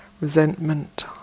resentment